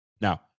Now